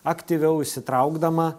aktyviau įsitraukdama